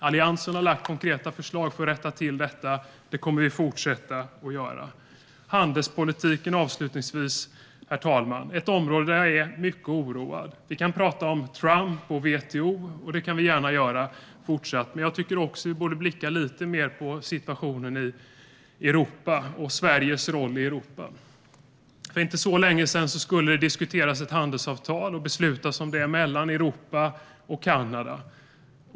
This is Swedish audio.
Alliansen har lagt fram konkreta förslag för att rätta till detta. Det kommer vi att fortsätta att göra. Herr talman! Handelspolitiken är ett område som jag är mycket oroad över. Vi kan prata om Trump och WTO. Det kan vi gärna fortsätta att göra. Men jag tycker också att vi borde blicka lite mer på situationen i Europa och på Sveriges roll i Europa. För inte så länge sedan skulle det diskuteras och beslutas om ett handelsavtal mellan Europa och Kanada.